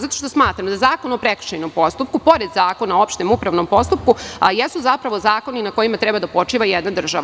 Zato što smatram da Zakon o prekršajnom postupku, pored Zakona o opštem upravnom postupku jesu, zapravo, zakoni na kojima treba da počiva jedna država.